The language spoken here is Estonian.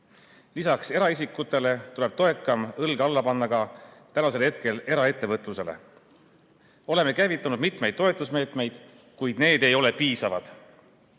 Lisaks eraisikutele tuleb toekam õlg alla panna eraettevõtlusele. Oleme käivitanud mitmeid toetusmeetmeid, kuid need ei ole piisavad.